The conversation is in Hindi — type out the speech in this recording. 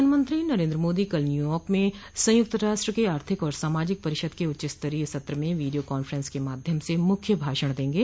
प्रधानमंत्री नरेन्द्र मोदी कल न्यूयॉर्क में संयुक्त राष्ट्र के आर्थिक और सामाजिक परिषद के उच्च स्तरीय सत्र में वीडियो कांफ्रेंसिंग के माध्यम से मुख्य भाषण देंगे